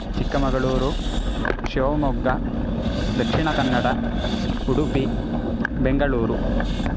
Chikkamagaluru Shivamogga Dakshina Kannada Udupi Bengaluru